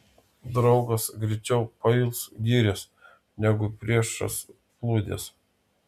draugas greičiau pails gyręs negu priešas plūdes